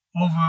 over